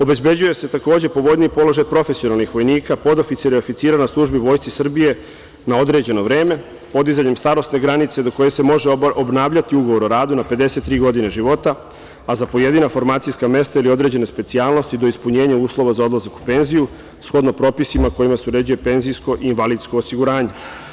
Obezbeđuje se takođe pogodniji položaj profesionalnih vojnika, podoficira i oficira na službu u Vojsci Srbije na određeno vreme podizanjem starosne granice do koje se može obnavljati ugovor o radu na 53 godine života, a za pojedina formacijska mesta ili određene specijalnosti do ispunjenja uslova za odlazak u penziju, shodno propisima kojima se uređuje penzijsko i invalidsko osiguranje.